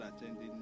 attending